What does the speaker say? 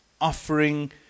offering